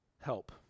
help